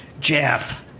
Jeff